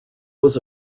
was